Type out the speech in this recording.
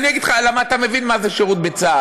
אני אגיד לך, למה אתה מבין מה זה שירות בצה"ל.